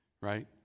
Right